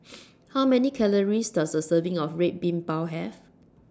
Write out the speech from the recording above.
How Many Calories Does A Serving of Red Bean Bao Have